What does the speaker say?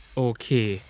okay